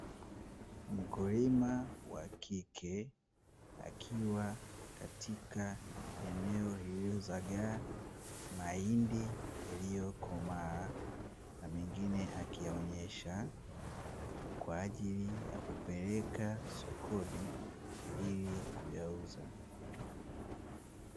Mkulima wa kike, akiwa katika eneo lililozagaa mahindi yaliyokomaa na mengine akiyaonyesha, kwa ajili ya kupeleka sokoni ili kuyauza.